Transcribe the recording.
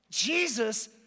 Jesus